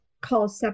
Call